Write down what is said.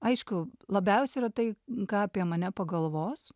aišku labiausiai yra tai ką apie mane pagalvos